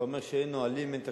אתה אומר שאין נהלים ואין תקנות.